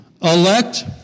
elect